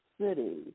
city